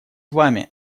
вами